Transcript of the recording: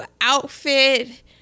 outfit